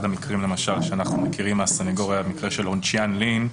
אחד המקרים שאנחנו מכירים מהסנגוריה הוא המקרה של הונצ'יאן לין,